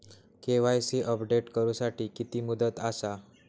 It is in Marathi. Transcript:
के.वाय.सी अपडेट करू साठी किती मुदत आसा?